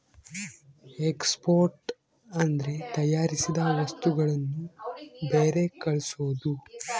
export ಅಂದ್ರೆ ತಯಾರಿಸಿದ ವಸ್ತುಗಳನ್ನು ಬೇರೆ ಕಳ್ಸೋದು